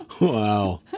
Wow